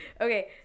Okay